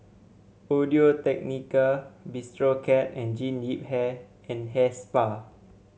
Audio Technica Bistro Cat and Jean Yip Hair and Hair Spa